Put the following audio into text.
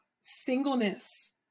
singleness